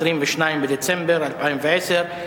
22 בדצמבר 2010,